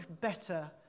better